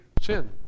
sin